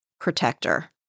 protector